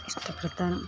ಇಷ್ಟಪಡ್ತಾರೆ